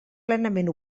plenament